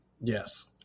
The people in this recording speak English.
Yes